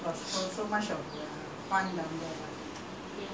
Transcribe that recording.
அதெல்லா பழைய~:athella pazhaiya~ slowly after that left already [what] all the people left